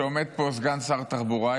כשעומד פה סגן שר התחבורה,